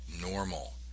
normal